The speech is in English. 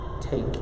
take